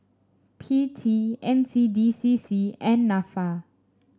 P T N C D C C and NAFA